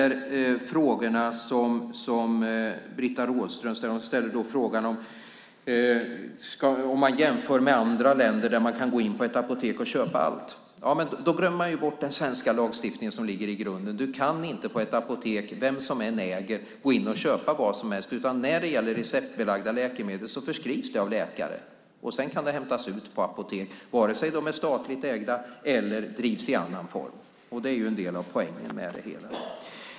Britta Rådström ställer en fråga och jämför med andra länder där man kan gå in på ett apotek och köpa allt. Då glömmer man bort den svenska lagstiftning som ligger i grunden. Man kan inte på ett apotek - vem som än äger det - gå in och köpa vad som helst. Receptbelagda läkemedel förskrivs av läkare. Sedan kan de hämtas ut på apotek vare sig de är statligt ägda eller drivs i annan form. Det är en del av poängen med det hela.